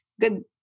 good